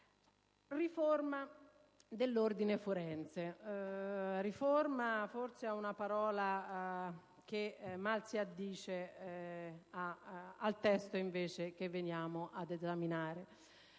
riforma dell'ordine forense. Riforma forse è una parola che mal si addice al testo che andiamo ad esaminare;